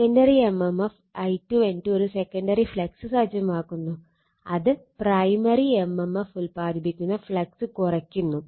secondary MMF I2 N2 ഒരു secondary flux സജ്ജമാക്കുന്നു അത് പ്രൈമറി എംഎംഎഫ് ഉൽപാദിപ്പിക്കുന്ന ഫ്ലക്സ് കുറയ്ക്കുന്നു